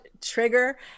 Trigger